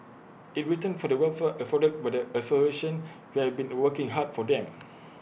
in return for the welfare afforded with the association you have been working hard for them